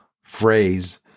phrase